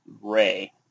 Ray